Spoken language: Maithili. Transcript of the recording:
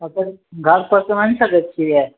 अपन घर तक तऽ आनि सकइ छियै